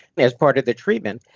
as part of the treatment,